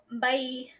Bye